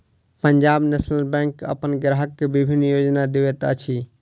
Punjab National Bank अपन ग्राहक के विभिन्न योजना दैत अछि